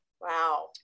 Wow